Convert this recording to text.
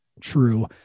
true